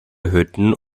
hütten